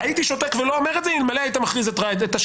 הייתי שותק ולא אומר את זה אלמלא היית מכניס את השם